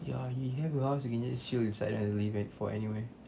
ya he have a house we can just chill inside doesn't leave it for anywhere